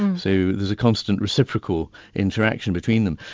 um so there's a constant reciprocal interaction between them.